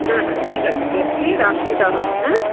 হ্যাঁ হ্যাঁ ঠিক আছে দেখছি রাখছি তাহলে হ্যাঁ